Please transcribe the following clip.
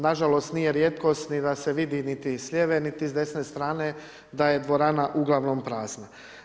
Na žalost nije rijetkost ni da se vidi niti s lijeve, niti s desne strane, da je dvorana uglavnom prazna.